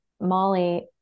Molly